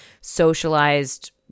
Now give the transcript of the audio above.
socialized